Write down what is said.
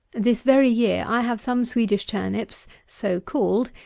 this very year i have some swedish turnips, so called,